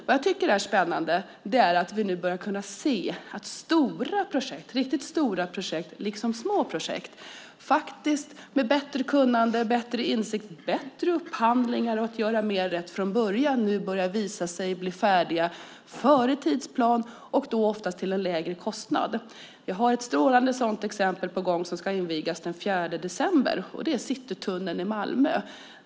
Vad jag tycker är spännande är att riktigt stora projekt liksom små projekt genom bättre kunnande, bättre insikt, bättre upphandlingar och genom att göra mer rätt från början nu börjar visa sig bli färdiga före tidsplan och då oftast till en lägre kostnad. Vi har ett strålande sådant exempel på gång som ska invigas den 4 december, och det är Citytunneln i Malmö.